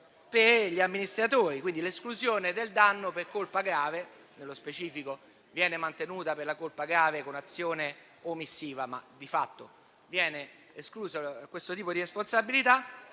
per gli amministratori e, quindi, l'esclusione del danno per colpa grave: nello specifico, viene mantenuto il riferimento alla colpa grave con azione omissiva, ma di fatto viene escluso questo tipo di responsabilità